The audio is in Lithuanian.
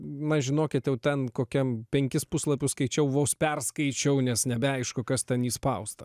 man žinokit jau ten kokiam penkis puslapius skaičiau vos perskaičiau nes nebeaišku kas ten įspausta